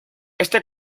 este